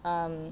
um